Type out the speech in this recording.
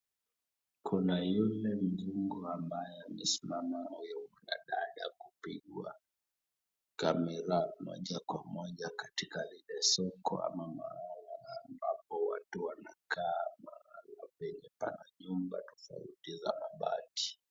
Kuna yule mzungu ambaye amesimama na dada kupigwa camera moja kwa moja katika lile soko ama mahali ambapo watu wanakaa na hapa nje pana nyumba za mabati.